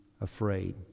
afraid